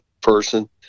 person